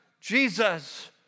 Jesus